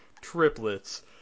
Triplets